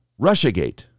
Russiagate